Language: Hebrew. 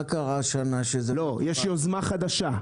מה קרה השנה שזה --- לא, יש יוזמה חדשה.